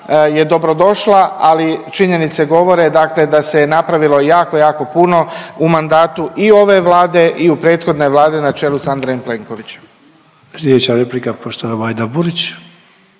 je dobro došla. Ali činjenice govore dakle, da se napravilo jako, jako puno u mandatu i ove Vlade i u prethodne Vlade na čelu sa Andrejem Plenkovićem.